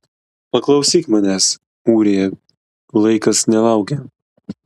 paklausyk manęs ūrija laikas nelaukia